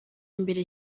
mbere